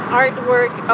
artwork